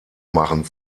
machen